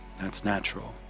that's natural.